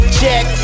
check